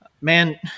man